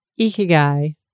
ikigai